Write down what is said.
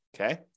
Okay